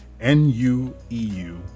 N-U-E-U